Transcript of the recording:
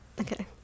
Okay